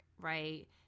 right